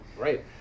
Right